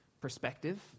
perspective